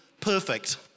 perfect